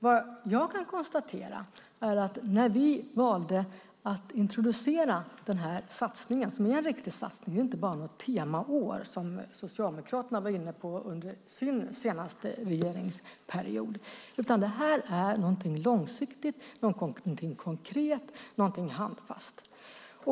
Vad jag kan konstatera är att när vi valde att introducera den här satsningen - som är en riktig satsning och inte bara något temaår som Socialdemokraterna var inne på under sin senaste regeringsperiod - så var det något långsiktigt, någonting konkret och handfast.